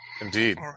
Indeed